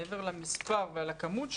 מעבר למספר ולכמות,